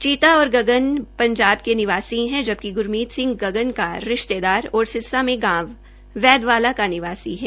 चीता और गगन पंजाब के निवासी हैं जबकि ग्रमीत सिह गगन का रिश्तेदार और सिरसा में गांव बेदवाला का निवासी है